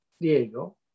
Diego